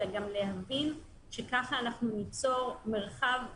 אלא גם להבין שכך אנחנו ניצור מרחב חזק,